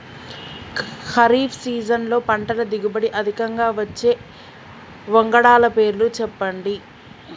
ఖరీఫ్ సీజన్లో పంటల దిగుబడి అధికంగా వచ్చే వంగడాల పేర్లు చెప్పండి?